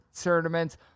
tournaments